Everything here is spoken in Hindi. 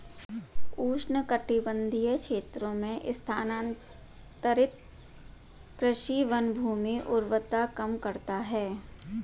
उष्णकटिबंधीय क्षेत्रों में स्थानांतरित कृषि वनभूमि उर्वरता कम करता है